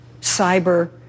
cyber